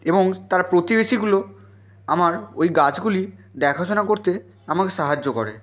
এবং তার প্রতিবেশীগুলো আমার ওই গাছগুলি দেখা শোনা করতে আমাকে সাহায্য করে